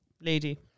Lady